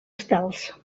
estels